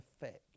effect